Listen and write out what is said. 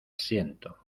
siento